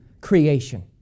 creation